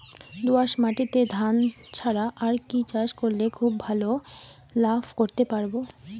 দোয়াস মাটিতে ধান ছাড়া আর কি চাষ করলে খুব ভাল লাভ করতে পারব?